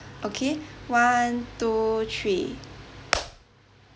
okay one two three